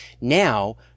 Now